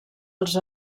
els